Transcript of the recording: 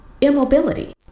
immobility